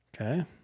Okay